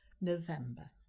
november